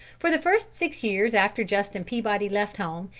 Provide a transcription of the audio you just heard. for the first six years after justin peabody left home,